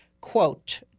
Quote